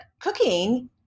cooking